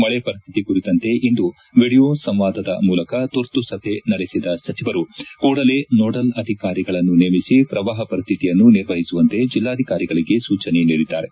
ಮಳೆ ಪರಿಸ್ಥಿತಿ ಕುರಿತಂತೆ ಇಂದು ವಿಡಿಯೋ ಸಂವಾದದ ಮೂಲಕ ತುರ್ತು ಸಭೆ ನಡೆಸಿದ ಸಚಿವರು ಕೂಡಲೇ ನೋಡಲ್ ಅಧಿಕಾರಿಗಳನ್ನು ನೇಮಿಸಿ ಪ್ರವಾಪ ಪರಿಸ್ಥಿತಿಯನ್ನು ನಿರ್ವಹಿಸುವಂತೆ ಜಿಲ್ಲಾಧಿಕಾರಿಗಳಿಗೆ ಸೂಚನೆ ನೀಡಿದ್ದಾರೆ